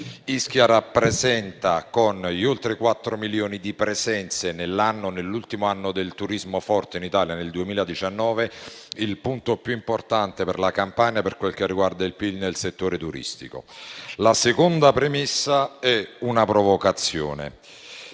Ischia rappresenta, con oltre 4 milioni di presenze nel 2019, ultimo anno di turismo forte in Italia, il punto più importante per la Campania per quel che riguarda il PIL nel settore turistico. La seconda premessa è una provocazione.